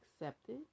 accepted